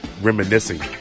reminiscing